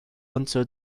until